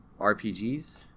RPGs